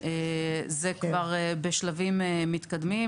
זה נמצא כבר בשלבים מתקדמים,